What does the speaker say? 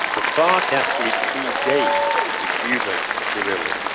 the farc actually pre-date the cuban guerrillas.